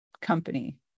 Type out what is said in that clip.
company